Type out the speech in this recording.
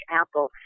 apple